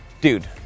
dude